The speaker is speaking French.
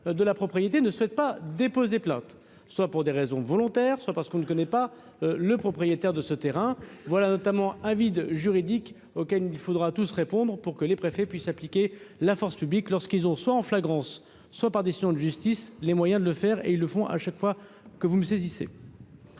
de la propriété ne souhaite pas déposer plainte, soit pour des raisons volontaires, soit parce qu'on ne connaît pas le propriétaire de ce terrain voilà notamment un vide juridique auquel il faudra tous répondre pour que les préfets puissent appliquer la force publique, lorsqu'ils ont soit en flagrance soit par décision de justice, les moyens de le faire et ils le font à chaque fois que vous vous saisissez.